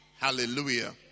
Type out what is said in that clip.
Hallelujah